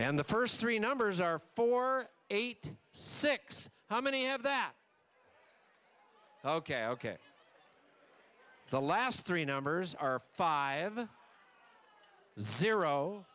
and the first three numbers are four eight six how many of that ok ok the last three numbers are five zero